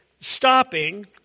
stopping